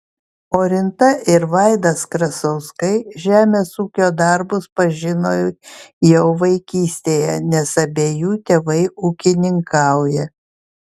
orinta ir vaidas krasauskai žemės ūkio darbus pažino jau vaikystėje nes abiejų tėvai ūkininkauja